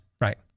right